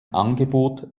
angebot